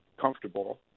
comfortable